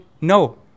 No